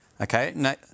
Okay